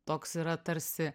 toks yra tarsi